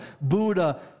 Buddha